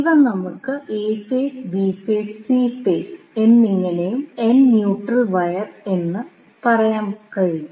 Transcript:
ഇവ നമുക്ക് A phase B phase C phase എന്നിങ്ങനെയും n ന്യൂട്രൽ വയർ എന്ന് പറയാൻ കഴിയും